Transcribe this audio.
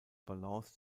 balance